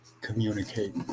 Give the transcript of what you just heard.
communicate